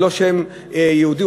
הוא לא שם יהודי,